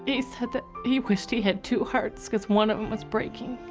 he said that he wished he had two hearts, because one of them was breaking.